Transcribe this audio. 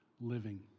living